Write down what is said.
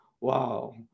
Wow